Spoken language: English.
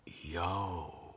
yo